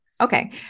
okay